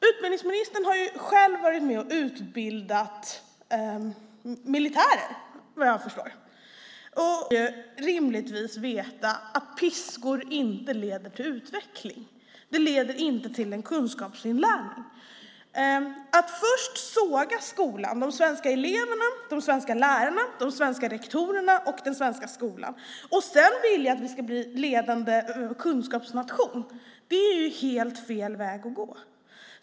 Utbildningsministern har själv utbildat militärer, efter vad jag förstår. Han borde rimligtvis veta att piskor inte leder till utveckling. Det leder inte till en kunskapsinlärning. Att först såga den svenska skolan, de svenska eleverna, de svenska lärarna, de svenska rektorerna och sedan vilja att vi ska bli en ledande kunskapsnation är helt fel väg att gå.